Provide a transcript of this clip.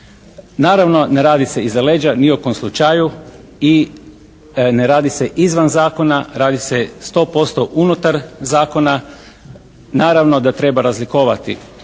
Naravno ne radi se iza leđa ni u kom slučaju. I ne radi se izvan zakona. Radi se 100% unutar zakona. Naravno da treba razlikovati